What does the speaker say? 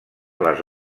les